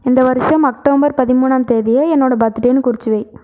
இந்த வருடம் அக்டோபர் பதிமூணாம் தேதியை என்னோடய பர்த்டேன்னு குறித்து வை